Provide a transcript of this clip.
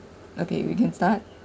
okay we can start